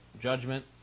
judgment